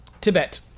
Tibet